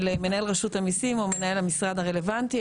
מנהל רשות המיסים או מנהל המשרד הרלוונטי,